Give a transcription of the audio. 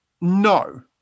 No